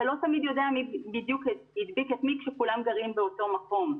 אתה לא תמיד יודע מי בדיוק הדביק את מי כשכולם גרים באותו מקום.